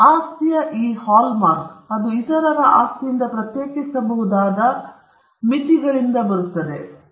ಆಸ್ತಿಯ ಈ hallmark ಅದು ಇತರರ ಆಸ್ತಿಯಿಂದ ಪ್ರತ್ಯೇಕಿಸಬಹುದಾದ ಆಸ್ತಿಯ ಮಿತಿಗಳಿಂದ ಬರುತ್ತದೆ